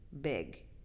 big